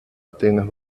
atenas